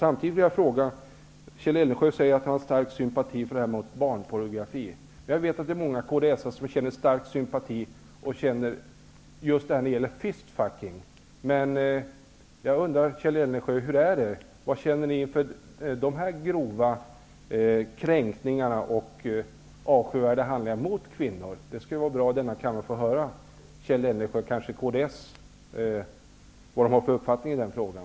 Jag vill också ställa en fråga till Kjell Eldensjö, som säger att han känner stark sympati för det som föreslås beträffande barnpornografi. Jag vet inte hur många kds:are som känner stark sympati för åtgärder mot fistfucking. Jag undrar, Kjell Eldensjö, vad ni känner inför sådana grova kränkningar och avskyvärda handlingar mot kvinnor? Det skulle vara bra att i denna kammare få höra vilken uppfattning kds har i den frågan.